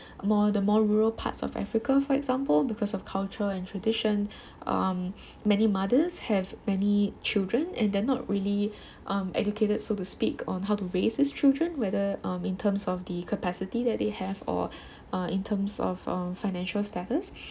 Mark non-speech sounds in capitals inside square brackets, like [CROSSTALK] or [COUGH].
more the more rural parts of Africa for example because of culture and tradition um many mothers have many children and they are not really um educated so to speak on how to raise these children whether um in terms of the capacity that they have or [BREATH] uh in terms of uh financial status [BREATH]